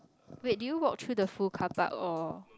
wait did you walk through the full car park or